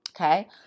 Okay